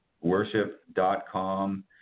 worship.com